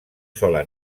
sola